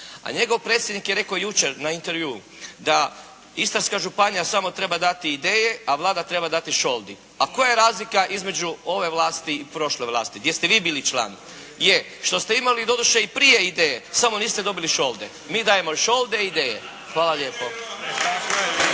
A njegov predsjednik je rekao jučer na itntervjuu da Istarska županija samo treba dati ideje, a Vlada treba dati šoldi. A koja je razlika između ove vlasti i prošle vlasti gdje ste vi bili član? Je, što ste imali i doduše ideje, samo niste dobili šolde. Mi dajemo i šolde i ideje. Hvala lijepo.